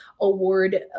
Award